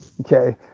okay